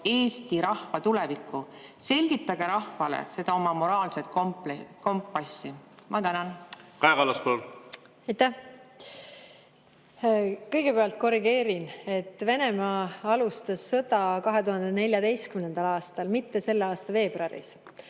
Eesti rahva tulevikku? Selgitage rahvale seda oma moraalset kompassi. Kaja Kallas, palun! Kaja Kallas, palun! Aitäh! Kõigepealt korrigeerin, et Venemaa alustas sõda 2014. aastal, mitte selle aasta veebruaris.